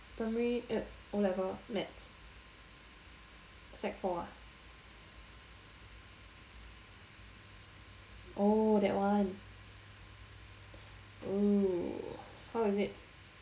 primary eh o'level maths sec four ah oh that one oh how is it